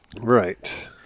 right